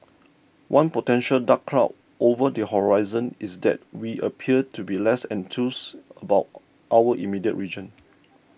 one potential dark cloud over the horizon is that we appear to be less enthused about our immediate region